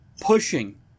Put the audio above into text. pushing